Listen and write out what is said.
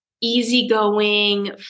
easygoing